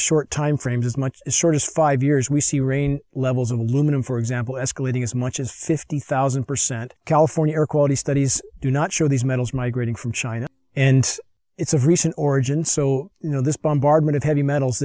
short time frames as much as short as five years we see rain levels of aluminum for example escalating as much as fifty thousand percent california air quality studies do not show these metals migrating from china and it's of recent origin so you know this bombardment of heavy metals